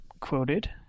quoted